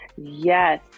yes